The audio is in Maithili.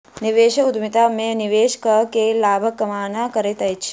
निवेशक उद्यमिता में निवेश कअ के लाभक कामना करैत अछि